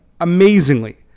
amazingly